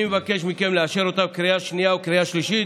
אני מבקש מכם לאשר אותה בקריאה שנייה ובקריאה שלישית.